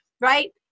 right